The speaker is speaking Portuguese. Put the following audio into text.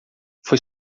foi